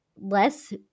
less